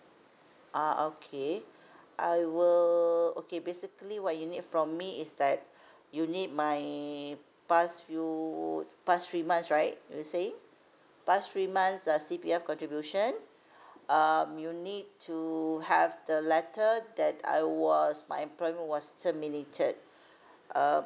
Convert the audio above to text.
ah okay I will okay basically what you need from me is that you need my past few past three months right you were saying past three months uh C_P_F contribution um you need to have the letter that I was my employment was terminated uh